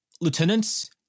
lieutenants